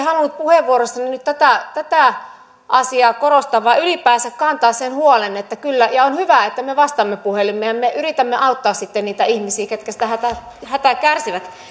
halunnut puheenvuorossani tätä tätä asiaa korostaa vaan ylipäänsä kantaa sen huolen että on hyvä että me vastaamme puhelimeen ja me yritämme auttaa niitä ihmisiä ketkä sitä hätää kärsivät